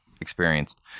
experienced